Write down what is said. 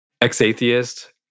Ex-atheist